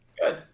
Good